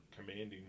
commanding